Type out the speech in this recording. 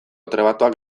trebatuak